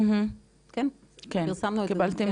כן, פרסמנו את זה.